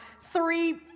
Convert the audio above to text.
three